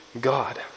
God